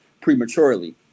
prematurely